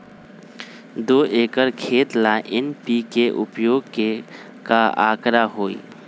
दो एकर खेत ला एन.पी.के उपयोग के का आंकड़ा होई?